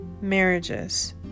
marriages